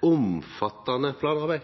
omfattande planarbeid.